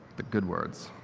the good words.